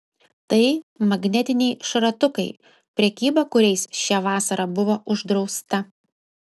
tai magnetiniai šratukai prekyba kuriais šią vasarą buvo uždrausta